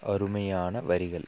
அருமையான வரிகள்